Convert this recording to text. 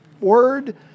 word